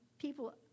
people